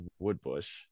Woodbush